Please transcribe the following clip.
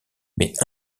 mais